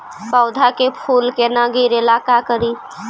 पौधा के फुल के न गिरे ला का करि?